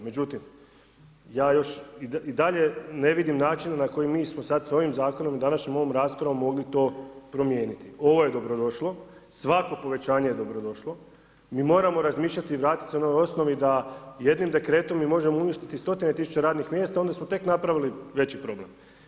Međutim, ja još i dalje ne vidim načina na koji mi smo sad s ovim Zakonom i današnjom ovom raspravom mogli to promijeniti, ovo je dobrodošlo, svako povećanje je dobrodošlo, mi moramo razmišljati i vratiti se onoj osnovi da jednim dekretom mi možemo uništiti stotine tisuća radnih mjesta, onda smo tek napravili veći problem.